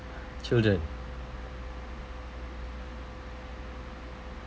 children